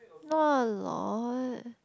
not a lot